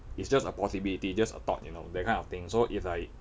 it's just a possibility it's just a thought you know that kind of thing so it's like